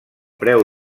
preu